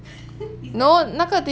is that a